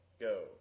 Go